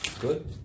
good